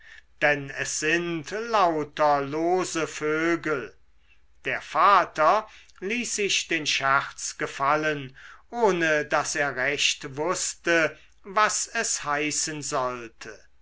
denn es sind lauter lose vögel der vater ließ sich den scherz gefallen ohne daß er recht wußte was es heißen sollte